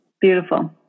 Beautiful